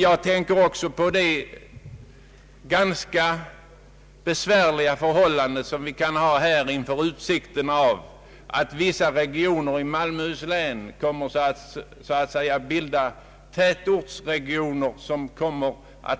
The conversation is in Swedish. Jag tänker också på det ganska besvärliga förhållande som kan uppstå inför utsikten att vissa regioner i Malmöhus län kommer att bilda tätortsregioner som